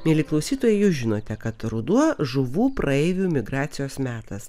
mieli klausytojai jūs žinote kad ruduo žuvų praeivių migracijos metas